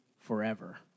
forever